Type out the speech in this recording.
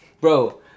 Bro